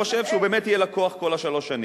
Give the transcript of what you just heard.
הוא חושב שהוא באמת יהיה לקוח כל שלוש השנים.